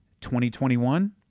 2021